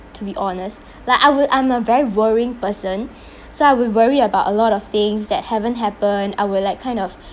to be honest like I would I'm a very worrying person so I would worry about a lot of things that haven't happened I will like kind of